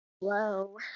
Hello